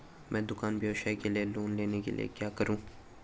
मैं दुकान व्यवसाय के लिए लोंन लेने के लिए क्या करूं?